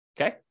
okay